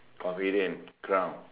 convenient crown